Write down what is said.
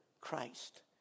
Christ